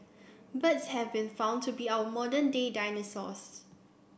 birds have been found to be our modern day dinosaurs